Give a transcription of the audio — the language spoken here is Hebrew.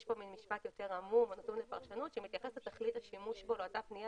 יש משפט עמום ונתון לפרשנו שמתייחס לתכלית השימוש בו לאותה פניה,